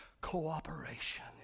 cooperation